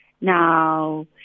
Now